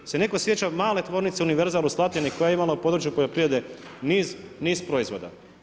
Jel' se netko sjeća male tvornice Univerzal u Slatini koja je imala u području poljoprivrede niz proizvoda?